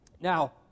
Now